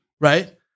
right